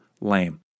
lame